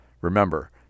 Remember